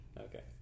Okay